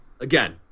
again